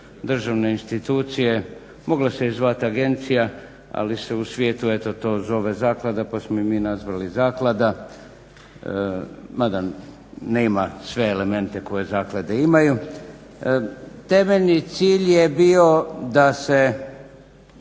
državne institucije. Mogla se je zvati agencija, ali se u svijetu eto to zove zaklada pa smo je mi nazvali zaklada, mada nema sve elemente koje zaklade imaju. Temeljni cilj je bio da se